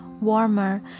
warmer